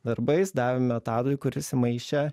darbais davėme tadui kuris įmaišė